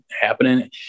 happening